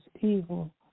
evil